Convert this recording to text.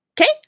Okay